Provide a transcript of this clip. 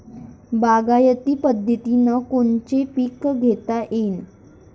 बागायती पद्धतीनं कोनचे पीक घेता येईन?